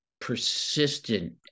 persistent